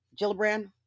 Gillibrand